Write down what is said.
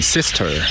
Sister